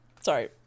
sorry